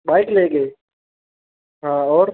bike ले गए हाँ और